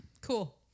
cool